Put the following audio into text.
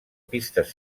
pistes